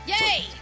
Yay